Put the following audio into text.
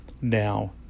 now